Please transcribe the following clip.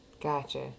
Gotcha